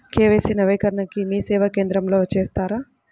KYC నవీకరణని మీసేవా కేంద్రం లో చేస్తారా?